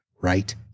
right